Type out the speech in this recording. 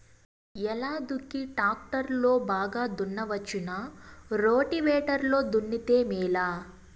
ఎలా దుక్కి టాక్టర్ లో బాగా దున్నవచ్చునా రోటివేటర్ లో దున్నితే మేలా?